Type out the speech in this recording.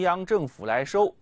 young to show